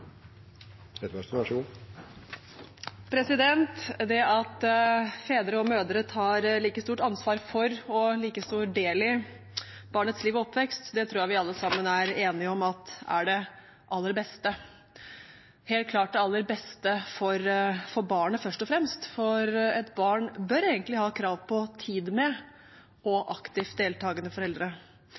Det at fedre og mødre tar et like stort ansvar for og en like stor del i barnets liv og oppvekst, tror jeg vi alle sammen er enige om er det aller beste – helt klart det aller beste for barnet, først og fremst, for et barn bør egentlig ha krav på tid med, og aktivt deltakende, foreldre.